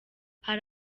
hari